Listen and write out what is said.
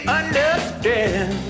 understand